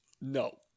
No